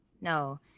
No